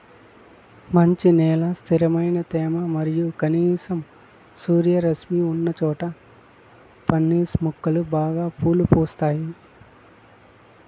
మంచి నేల, స్థిరమైన తేమ మరియు కనీసం సూర్యరశ్మి ఉన్నచోట పాన్సి మొక్కలు బాగా పూలు పూస్తాయి